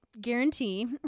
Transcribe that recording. guarantee